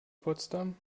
potsdam